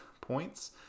points